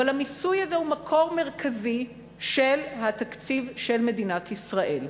המיסוי הזה הוא מקור מרכזי של התקציב של מדינת ישראל,